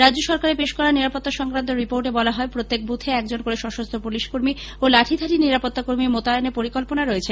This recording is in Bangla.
রাজ্য সরকারের পেশ করা নিরাপত্তা সংক্রান্ত রিপোর্টে বলা হয় প্রত্যেক বুথে একজন করে সশস্ত্র পুলিশকর্মী ও লাঠি ধারি নিরাপত্তা কর্মী মোতায়েনের পরিকল্পনা রয়েছে